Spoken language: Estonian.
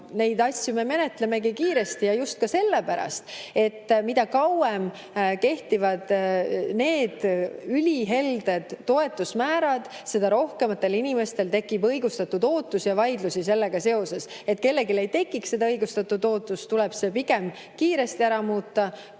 Neid asju me menetlemegi kiiresti just ka sellepärast, et mida kauem kehtivad need ülihelded toetusmäärad, seda rohkematel inimestel tekib õigustatud ootus ja vaidlusi sellega seoses. Et kellelgi ei tekiks seda õigustatud ootust, tuleb [toetusmäärad] ära muuta